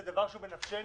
זה דבר שהוא בנפשנו,